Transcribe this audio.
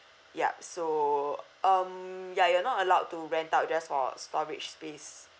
yup so um yeah you're not allowed to rent out just for storage space